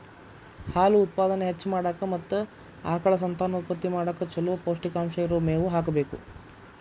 ಹಾಲು ಉತ್ಪಾದನೆ ಹೆಚ್ಚ್ ಮಾಡಾಕ ಮತ್ತ ಆಕಳ ಸಂತಾನೋತ್ಪತ್ತಿ ಮಾಡಕ್ ಚೊಲೋ ಪೌಷ್ಟಿಕಾಂಶ ಇರೋ ಮೇವು ಹಾಕಬೇಕು